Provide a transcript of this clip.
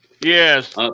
Yes